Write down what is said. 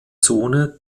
zone